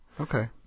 Okay